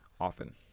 often